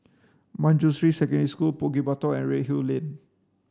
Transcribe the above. Manjusri Secondary School Bukit Batok and Redhill Lane